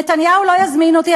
נתניהו לא יזמין אותי,